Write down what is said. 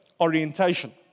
orientation